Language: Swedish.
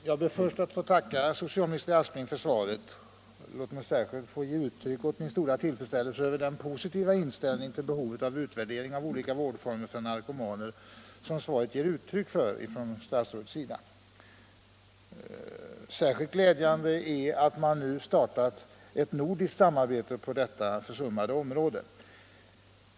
Herr talman! Jag ber att få tacka socialminister Aspling för svaret. Låt mig särskilt få uttrycka min stora tillfredsställelse över den positiva inställning till behovet av utvärdering av olika vårdformer för narkomaner, som statsrådet ger uttryck för i svaret. Det är särskilt glädjande att man nu har startat ett nordiskt samarbete på detta försummade område.